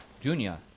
junior